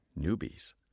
newbies